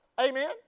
Amen